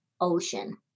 ocean